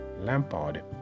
Lampard